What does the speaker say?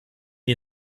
die